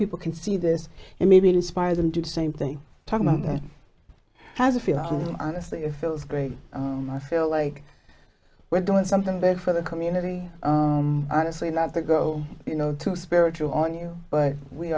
people can see this and maybe inspire them do the same thing talking about that has a feel and honestly if feels great i feel like we're doing something bad for the community honestly not to go you know to spiritual on you but we